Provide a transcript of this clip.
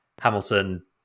Hamilton